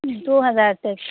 دو ہزار روپے